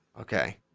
okay